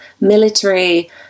military